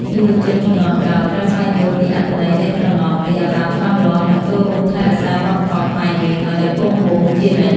យុវជនជំនាន់ក្រោយត្រូវស្វែងយល់ពីអត្ថន័យនៃត្រណមនេះឱ្យបានច្បាស់លាស់ និង ចូលរួមថែរក្សាវប្បធម៌ខ្មែរយើងឱ្យនៅគង់វង្សជានិច្ច។